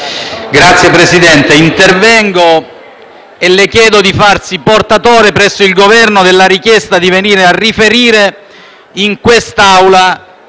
Signor Presidente, le chiedo di farsi portatore presso il Governo della richiesta di venire a riferire in quest'Aula